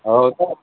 आओर सभ